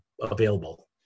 available